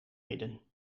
midden